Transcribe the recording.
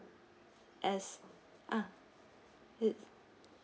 as ah it